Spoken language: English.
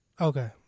Okay